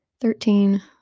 Thirteen